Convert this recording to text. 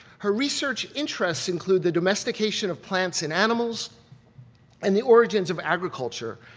her research interests include the domestication of plants and animals and the origins of agriculture.